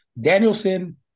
Danielson